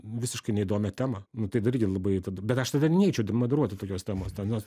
visiškai neįdomią temą nu tai dar irgi labai tada bet aš tada neičiau moderuoti tokios temos ten nes